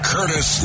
Curtis